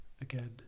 again